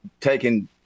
taking